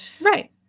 Right